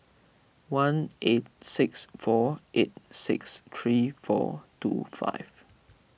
one eight six four eight six three four two five